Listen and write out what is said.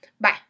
Bye